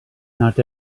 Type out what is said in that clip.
not